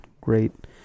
great